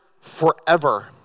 forever